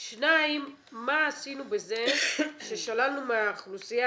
2. מה עשינו בזה ששללנו מהאוכלוסייה